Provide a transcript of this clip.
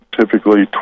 typically